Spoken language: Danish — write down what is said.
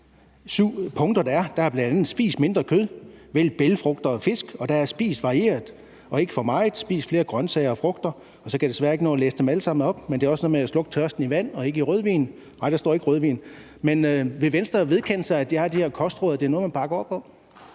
syv punkter, der er, er der bl.a.: Spis mindre kød, vælg bælgfrugter og fisk. Og der er: Spis varieret og ikke for meget. Spis flere grønsager og frugter. Og så kan jeg desværre ikke nå at læse dem alle sammen op, men det er også noget med at slukke tørsten i vand og ikke i rødvin – nej, der står ikke rødvin. Men vil Venstre vedkende sig, at der er de her kostråd, og at det er noget, man bakker op